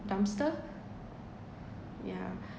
dumpster yeah